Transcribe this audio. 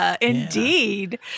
Indeed